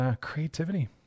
creativity